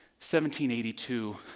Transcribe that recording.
1782